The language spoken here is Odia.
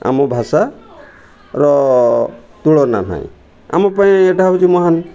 ଆମ ଭାଷାର ତୁଳନା ନାହିଁ ଆମ ପାଇଁ ଏଇଟା ହେଉଛି ମହାନ୍